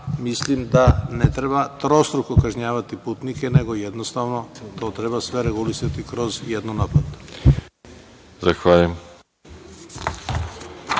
mislim da ne treba trostruko kažnjavati putnike nego jednostavno treba sve regulisati kroz jednu naplatu.